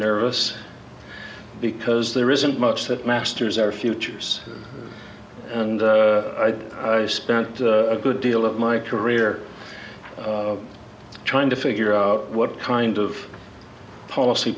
nervous because there isn't much that masters our futures and i spent a good deal of my career trying to figure out what kind of policy